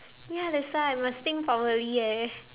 ya that's why must think properly eh